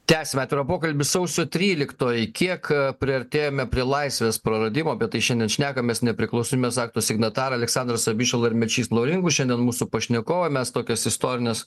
tęsiam atvirą pokalbį sausio tryliktoji kiek priartėjome prie laisvės praradimo apie tai šiandien šnekamės nepriklausomybės akto signatarai aleksandras abišala ir mečys laurinkus šiandien mūsų pašnekovai mes tokias istorines